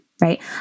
right